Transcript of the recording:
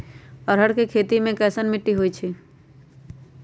अरहर के खेती मे कैसन मिट्टी होइ?